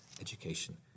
Education